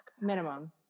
Minimum